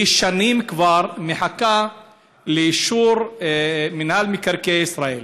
והיא שנים כבר מחכה לאישור מינהל מקרקעי ישראל.